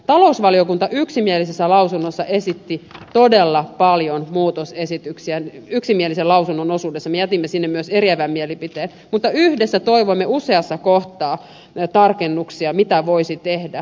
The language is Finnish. talousvaliokunta yksimielisessä lausunnossa esitti todella paljon muutosesityksiä yksimielisen lausunnon osuudessa me jätimme sinne myös eriävän mielipiteen yhdessä toivoimme useassa kohtaa tarkennuksia mitä voisi tehdä